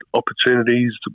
opportunities